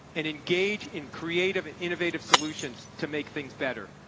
and engage in creative, innovative solutions to make things better,